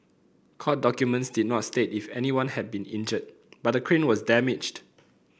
court documents did not state if anyone had been injured but the crane was damaged